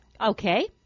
Okay